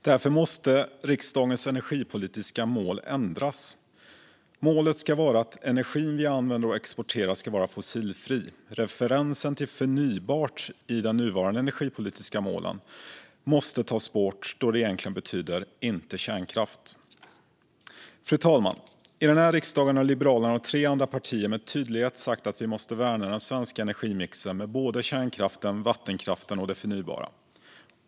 Därför måste riksdagens energipolitiska mål ändras. Målet ska vara att energin vi använder och exporterar ska vara fossilfri. Referensen till "förnybart" i de nuvarande energipolitiska målen måste tas bort, då det egentligen betyder "inte kärnkraft". Fru talman! I den här riksdagen har Liberalerna och tre andra partier med tydlighet sagt att vi måste värna den svenska energimixen med både kärnkraften, vattenkraften och det förnybara.